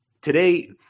Today